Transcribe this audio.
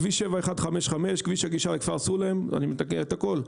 כביש 7155 כביש הגישה לכפר סולם; אני מתקן את הכל.